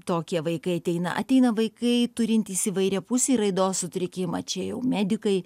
tokie vaikai ateina ateina vaikai turintys įvairiapusį raidos sutrikimą čia jau medikai